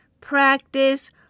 practice